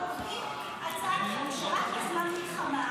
--- קובעים הצעת חוק שרק בזמן מלחמה